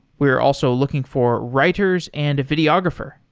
we are also looking for writers and a videographer.